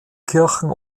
kirchen